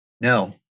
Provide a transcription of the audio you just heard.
No